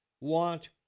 want